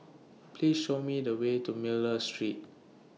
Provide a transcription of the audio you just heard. Please Show Me The Way to Miller Street